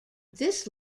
this